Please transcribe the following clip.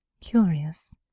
Curious